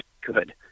good